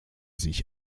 sich